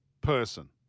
person